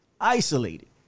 isolated